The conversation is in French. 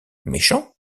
méchant